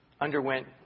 underwent